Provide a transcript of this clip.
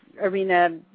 arena